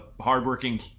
hardworking